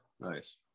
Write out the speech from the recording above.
Nice